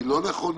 היא לא נכונה,